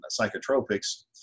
psychotropics